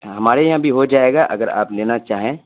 ہمارے یہاں بھی ہو جائے گا اگر آپ لینا چاہیں